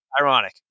ironic